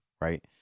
right